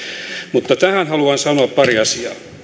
mutta tähän haluan sanoa pari asiaa